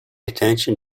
attention